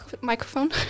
microphone